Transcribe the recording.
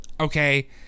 Okay